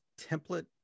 template